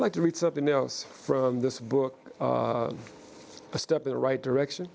like to read something else from this book a step in the right direction